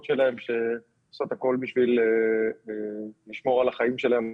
שלהם שעושות הכל בשביל לשמור על החיים שלהם